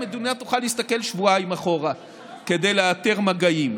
המדינה תוכל להסתכל שבועיים אחורה כדי לאתר מגעים.